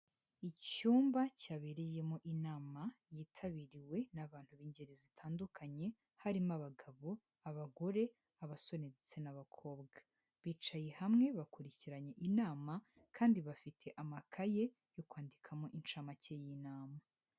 Icyumba cyabereyemo inama yitabiriwe n'abantu b'ingeri zitandukanye harimo abagabo, abagore, abasore ndetse n'abakobwa, bicaye hamwe bakurikiranye inama kandi bafite amakaye yo kwandikamo incamake y'inama.